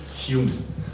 human